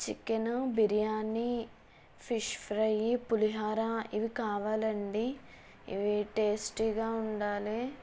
chicken biryani fish fry pulihora ఇవి కావాలండీ ఇవి టేస్టీగా ఉండాలి